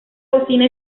cocina